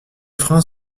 freins